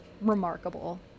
Remarkable